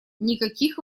никаких